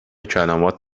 کلمات